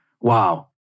wow